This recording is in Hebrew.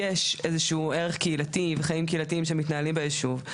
יש איזה שהוא ערך קהילתי וחיים קהילתיים שמתנהלים ביישוב.